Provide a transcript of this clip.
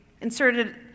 inserted